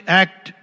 act